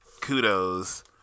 kudos